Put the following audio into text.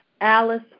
Alice